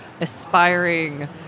aspiring